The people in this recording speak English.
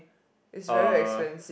uh